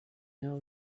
know